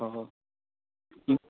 অ